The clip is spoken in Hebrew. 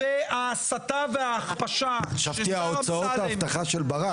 וההסתה וההכפשה שהשר אמסלם --- חשבתי הוצאות האבטחה של ברק.